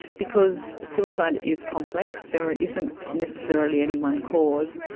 because suicide is complex, there isn't necessarily any one cause,